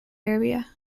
area